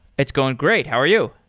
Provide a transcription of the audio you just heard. it's going great. how are you?